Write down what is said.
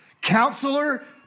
counselor